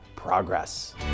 progress